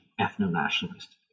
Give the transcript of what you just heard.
ethno-nationalist